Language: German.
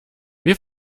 wir